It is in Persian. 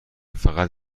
فقط